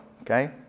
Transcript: okay